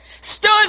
stood